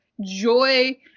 joy